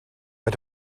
but